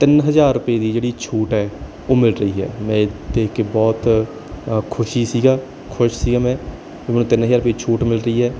ਤਿੰਨ ਹਜ਼ਾਰ ਰੁਪਏ ਦੀ ਜਿਹੜੀ ਛੂਟ ਹੈ ਉਹ ਮਿਲ ਰਹੀ ਹੈ ਮੈਂ ਇਹ ਦੇਖ ਕੇ ਬਹੁਤ ਅ ਖੁਸ਼ੀ ਸੀਗਾ ਖੁਸ਼ ਸੀਗਾ ਵੀ ਮੈਂ ਮੈਨੂੰ ਤਿੰਨ ਹਜ਼ਾਰ ਰੁਪਏ ਛੂਟ ਮਿਲ ਰਹੀ ਹੈ